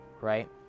right